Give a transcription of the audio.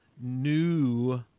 new